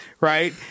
right